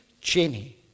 Jenny